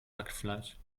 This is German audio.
hackfleisch